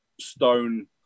stone